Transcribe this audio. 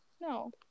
No